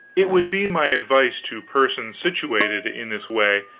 it would be my advice to persons situated in this way,